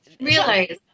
realize